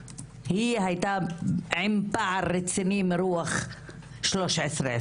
היא הייתה עם פער רציני מרוח 1325,